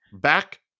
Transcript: Back